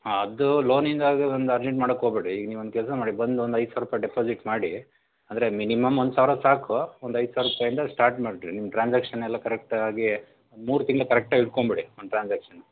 ಅದು ಲೋನಿಂದು ಅರ್ಜೆಂಟ್ ಮಾಡೋಕ್ಕೋಬೇಡಿ ಈಗ ನೀವೊಂದು ಕೆಲ್ಸ ಮಾಡಿ ಬಂದು ಒಂದೈದು ಸಾವಿರ್ರುಪಾಯಿ ಡೆಪಾಸಿಟ್ ಮಾಡಿ ಅಂದರೆ ಮಿನಿಮಮ್ ಒಂದು ಸಾವಿರ ಸಾಕು ಒಂದು ಐದು ಸಾವಿರ್ರುಪಾಯಿಂದ ಸ್ಟಾಟ್ ಮಾಡ್ರಿ ನಿಮ್ಮ ಟ್ರಾನ್ಸ್ಯಾಕ್ಷನ್ಸ್ ಎಲ್ಲ ಕರೆಕ್ಟಾಗಿ ಆಗಿ ಒಂದು ಮೂರು ತಿಂಗಳು ಕರೆಕ್ಟಾಗಿ ಇಟ್ಕೊಂಡ್ಬಿಡಿ ಒಂದು ಟ್ರಾನ್ಸ್ಯಾಕ್ಷನ್